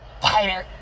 tighter